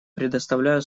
предоставляю